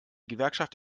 gewerkschaft